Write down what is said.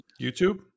YouTube